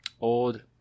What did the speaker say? old